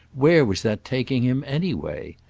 where was that taking him anyway?